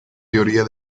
teoría